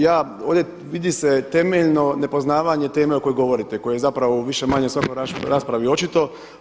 Ja ovdje, vidi se temeljno nepoznavanje teme o kojoj govorite, koje je zapravo u više-manje svakoj raspravi očito.